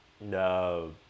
No